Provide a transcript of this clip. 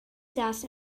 saß